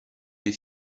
est